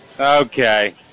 Okay